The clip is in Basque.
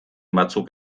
batzuk